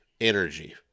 energy